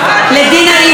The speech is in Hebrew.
לדינה עברי,